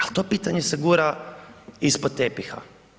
Ali to pitanje se gura ispod tepiha.